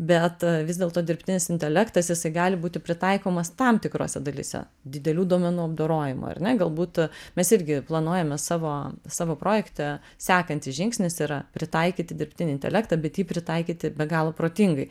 bet vis dėlto dirbtinis intelektas jisai gali būti pritaikomas tam tikrose dalyse didelių duomenų apdorojimui ar ne galbūt mes irgi planuojame savo savo projekte sekantis žingsnis yra pritaikyti dirbtinį intelektą bet jį pritaikyti be galo protingai